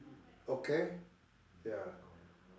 okay ya